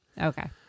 Okay